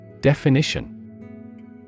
Definition